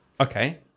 Okay